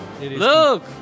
Look